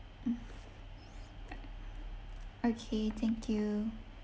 okay thank you